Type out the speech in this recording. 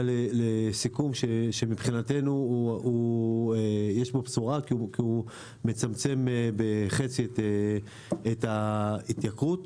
לסיכום שמבחינתנו יש בו בשורה כי הוא מצמצם בחצי את ההתייקרות.